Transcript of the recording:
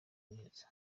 neza